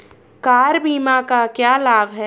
Car बीमा का क्या लाभ है?